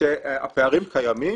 שהפערים קיימים,